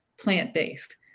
plant-based